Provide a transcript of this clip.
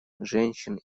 женщин